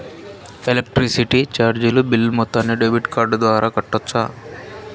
Electricity చార్జీలు bill మొత్తాన్ని debit card ద్వారా కట్టొచ్చా?